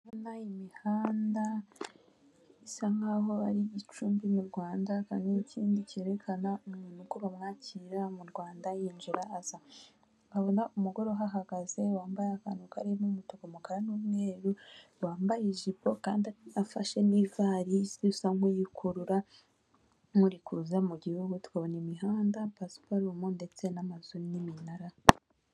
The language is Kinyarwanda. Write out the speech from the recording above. Abantu bahagaze harimo uwambaye ikote rifite ibara ry'umukara n'ipantaro yumukara ishati yu'mweru ikanzu ifite ibara y'umukara ndetse n'ikote rifite ibara ry'ubururu ishati y'ubururu n'ipantaro ifite ibara ry'ivu bafite urupapuro ruriho amagambo agiye atandukanye yandikishijwe ibara ry'umweru ndetse n'ubururu.